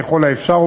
ככל האפשר,